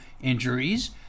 injuries